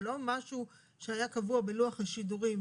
זה לא משהו שהיה קבוע בלוח השידורים